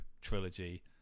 trilogy